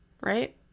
Right